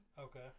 Okay